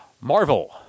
Marvel